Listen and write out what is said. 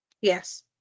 Yes